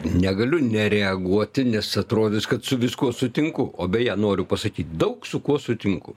negaliu nereaguoti nes atrodys kad su viskuo sutinku o beje noriu pasakyt daug su kuo sutinku